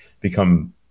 become